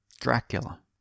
Dracula